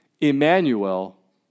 Emmanuel